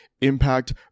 impact